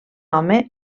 home